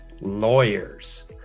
lawyers